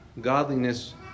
godliness